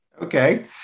Okay